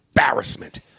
embarrassment